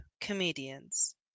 comedians